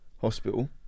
Hospital